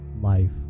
life